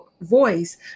voice